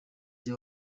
jye